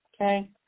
Okay